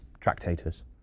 Tractators